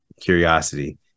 curiosity